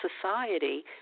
society